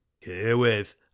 Herewith